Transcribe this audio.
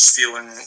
feeling